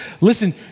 Listen